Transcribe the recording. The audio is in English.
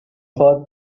first